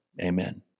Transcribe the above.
Amen